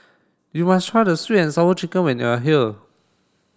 you must try the sweet and sour chicken when you are here